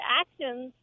actions